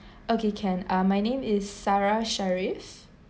okay can uh my name is sarah sharif